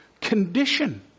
condition